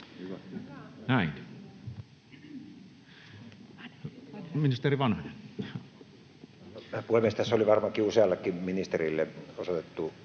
Näin. — Ministeri Vanhanen. Arvoisa puhemies! Tässä oli varmaankin useallekin ministerille osoitettu